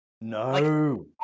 No